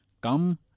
Come